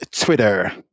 Twitter